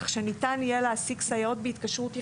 כך שניתן יהיה להעסיק סייעות בהתקשרות יחידה.